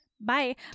bye